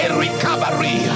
recovery